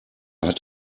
hat